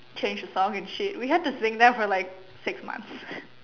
change the song and shit we had to sing that song for like six months